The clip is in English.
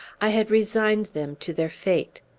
i had resigned them to their fate.